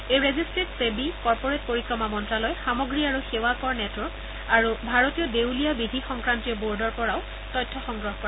এই ৰেজিট্টিত ছেবি কৰ্পোৰেট পৰিক্ৰমা মন্ত্যালয় সামগ্ৰী আৰু সেৱাকৰ নেটৱৰ্ক আৰু ভাৰতীয় দেউলীয়া বিধি সংক্ৰান্তীয় বোৰ্ডৰ পৰা তথ্য সংগ্ৰহ কৰিব